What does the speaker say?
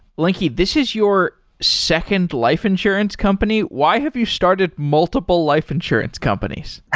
lingke, this is your second life insurance company. why have you started multiple life insurance companies?